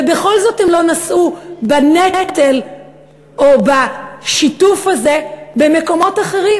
ובכל זאת הם לא נשאו בנטל או בשיתוף הזה במקומות אחרים.